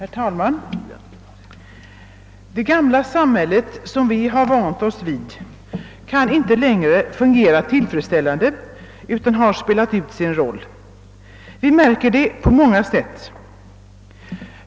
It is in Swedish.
Herr talman! Det gamla samhälle, som vi vant oss vid, fungerar inte längre tillfredsställande; det har spelat ut sin roll. Vi märker det på många sätt.